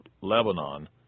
Lebanon